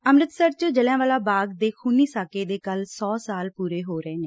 ਅੰਮ੍ਤਿਤਸਰ ਚ ਜਲ੍ਹਿਆਵਾਲਾ ਬਾਗ਼ ਦੇ ਖੂਨੀ ਸਾਕੇ ਦੇ ਕੱਲ੍ਹ ਸੋ ਸਾਲ ਪੂਰੇ ਹੋ ਰਹੇ ਨੇ